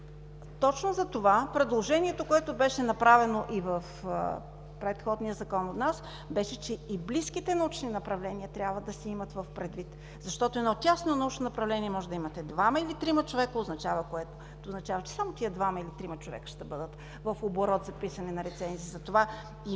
Точно затова предложението, което беше направено от нас и в предходния Закон, беше, че и близките научни направления трябва да се имат предвид, защото в едно тясно научно направление може да имате двама или трима човека, което означава, че само тези двама или трима човека ще бъдат в оборот за писане на рецензии.